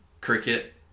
cricket